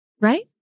Right